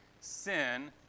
sin